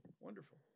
Wonderful